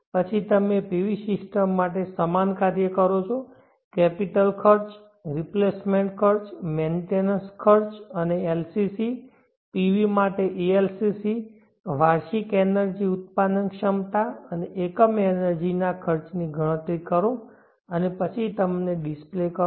પછી તમે PV system માટે સમાન કાર્ય કરો છો કેપિટલખર્ચ રિપ્લેસમેન્ટ ખર્ચ મેન્ટેનન્સ ખર્ચ અને LCC PV માટે ALCC વાર્ષિક એનર્જી ઉત્પાદન ક્ષમતા અને એકમ એનર્જી ખર્ચની ગણતરી કરો અને પછી તેમને ડિસ્પ્લે કરો